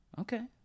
okay